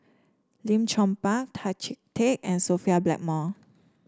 Lim Chong Pang Tan Chee Teck and Sophia Blackmore